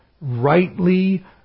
rightly